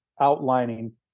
outlining